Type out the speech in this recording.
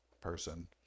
person